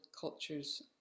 cultures